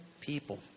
people